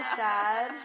sad